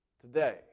today